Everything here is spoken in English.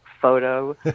photo